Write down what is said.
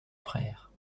frère